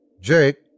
Jake